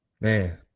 man